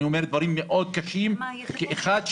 אני אומר דברים מאוד קשים כאחד שמקורב.